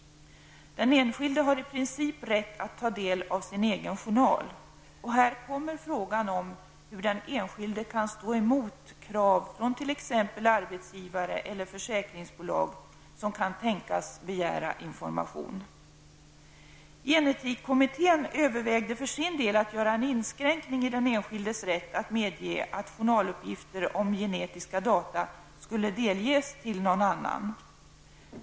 Den enskilde har i princip rätt att ta del av sin egen journal. Här uppkommer frågan om hur den enskilde kan stå emot krav från t.ex. arbetsgivare eller försäkringsbolag som kan tänkas begära information. Gen-etikkommittén övervägde att göra en inskränkning i den enskildes rätt att medge att journaluppgifter om genetiska data skulle delges någon annan.